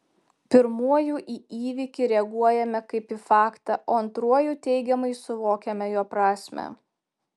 pirmuoju į įvykį reaguojame kaip į faktą o antruoju teigiamai suvokiame jo prasmę